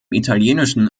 italienischen